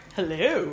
Hello